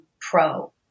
pro